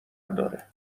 داره